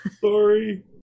Sorry